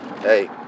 hey